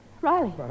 Riley